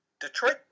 Detroit